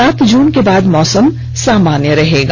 सात जून के बाद मौसम सामान्य रहेगा